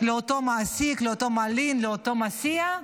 באותו מעסיק, באותו מלין, באותו מסיע,